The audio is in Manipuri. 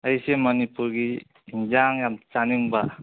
ꯑꯩꯁꯦ ꯃꯅꯤꯄꯨꯔꯒꯤ ꯑꯦꯟꯁꯥꯡ ꯌꯥꯝ ꯆꯥꯅꯤꯡꯕ